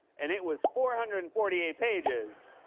and it was four hundred and forty eight pages,